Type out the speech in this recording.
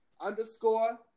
underscore